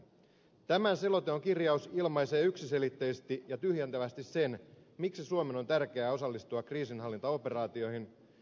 tämän selonteon kirjaus ilmaisee yksiselitteisesti ja tyhjentävästi sen miksi suomen on tärkeää osallistua kriisinhallintaoperaatioihin